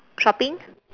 shopping